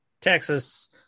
Texas